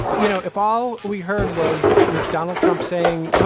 you know, if all we heard was you know donald trump saying,